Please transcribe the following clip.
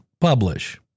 publish